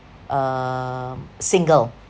um single